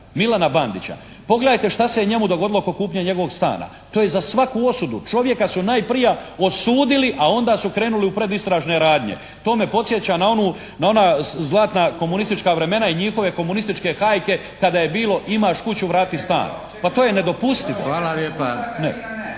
Milana Bandića. Pogledajte šta se njemu dogodilo oko kupnje njegova stana. To je za svaku osudu. Čovjeka su najprije osudili a onda su krenuli u predistražne radnje. To me podsjeća na ona zlatna komunistička vremena i njihove komunističke hajke kada je bilo "Imaš kuću, vrati stan.". Pa to je nedopustivo. **Šeks,